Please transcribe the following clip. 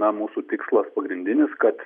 na mūsų tikslas pagrindinis kad